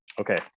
Okay